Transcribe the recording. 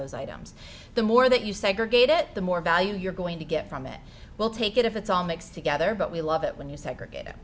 those items the more that you segregate it the more value you're going to get from it will take it if it's all mixed together but we love it when you segregate